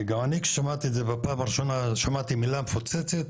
גם אני כששמעתי את זה בפעם הראשונה שמעתי מילה מפוצצת,